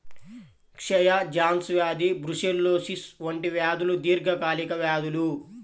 క్షయ, జాన్స్ వ్యాధి బ్రూసెల్లోసిస్ వంటి వ్యాధులు దీర్ఘకాలిక వ్యాధులు